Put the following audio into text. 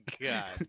God